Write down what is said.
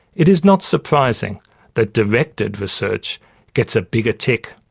it is not surprising that directed research gets a bigger tick.